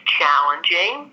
challenging